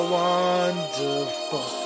wonderful